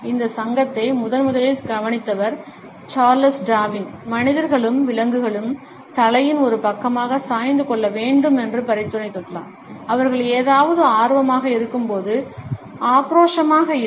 இந்தச் சங்கத்தை முதன்முதலில் கவனித்தவர் சார்லஸ் டார்வின் மனிதர்களும் விலங்குகளும் தலையில் ஒரு பக்கமாக சாய்ந்து கொள்ள வேண்டும் என்று பரிந்துரைத்தார்கள் அவர்கள் ஏதாவது ஆர்வமாக இருக்கும்போது ஆக்ரோஷமாக இல்லை